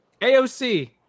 AOC